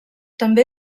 també